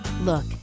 Look